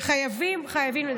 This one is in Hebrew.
חייבים, חייבים.